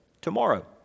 Tomorrow